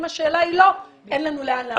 אם התשובה היא לא, אין לנו לאן להמשיך מפה.